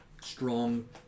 strong